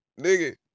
Nigga